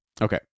Okay